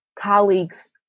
colleagues